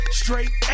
straight